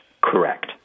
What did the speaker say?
Correct